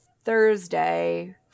Thursday